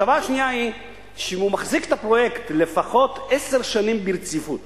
ההטבה השנייה היא שאם הוא מחזיק את הפרויקט לפחות עשר שנים ברציפות